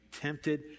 tempted